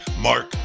Mark